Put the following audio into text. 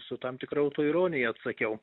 su tam tikra autoironija atsakiau